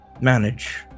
manage